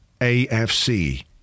AFC